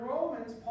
Romans